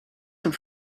have